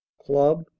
club